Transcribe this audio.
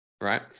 Right